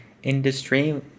Industry